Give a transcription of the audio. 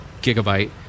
gigabyte